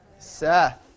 Seth